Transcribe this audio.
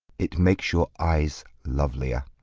it makes your eyes lovelier.